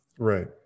right